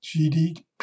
GDP